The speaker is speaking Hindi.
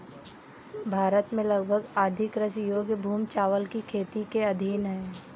भारत में लगभग आधी कृषि योग्य भूमि चावल की खेती के अधीन है